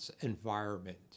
environment